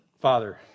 Father